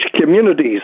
communities